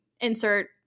insert